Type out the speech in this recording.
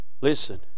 Listen